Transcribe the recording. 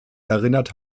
erinnert